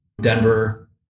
Denver